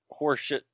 horseshit